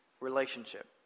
relationship